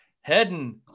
Heading